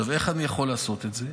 עכשיו, איך אני יכול לעשות את זה?